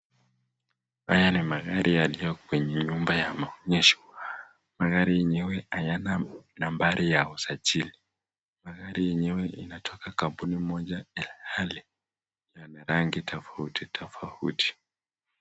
Haya ni magari yaliyo kwenye nyumba ya maonyesho. Magari yenyewe hayana nambari ya usajili. Magari yenyewe inatoka kampuni moja ilhali yana rangi tofauti tofauti.